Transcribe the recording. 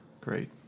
Great